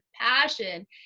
passion